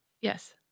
Yes